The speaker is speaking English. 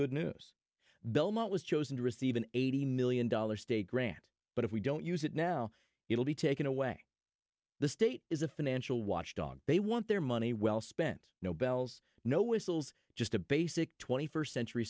good news belmont was chosen to receive an eighty million dollars state grant but if we don't use it now it'll be taken away the state is a financial watchdog they want their money well spent no bells no whistles just a basic twenty first century